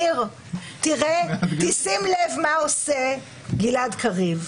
ניר, שים לב מה עושה גלעד קריב.